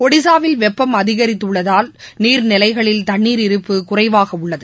ஒடிஸாவில் வெப்பம் அதிகரித்துள்ளதால் நீழ் நிலைகளில் தண்ணீர் இருப்பு குறைவாக உள்ளது